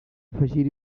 afegir